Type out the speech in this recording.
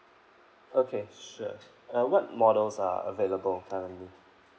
okay sure uh what models are available currently